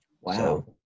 Wow